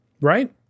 Right